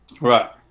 Right